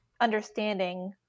understanding